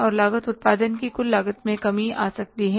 और लागत उत्पादन की कुल लागत में कमी आ सकती है